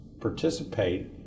participate